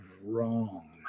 wrong